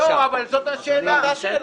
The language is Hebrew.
זאת השאלה.